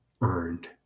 earned